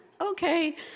okay